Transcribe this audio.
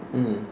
mmhmm